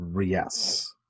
yes